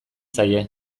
zaie